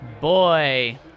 Boy